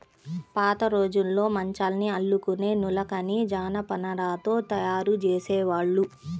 పాతరోజుల్లో మంచాల్ని అల్లుకునే నులకని జనపనారతో తయ్యారు జేసేవాళ్ళు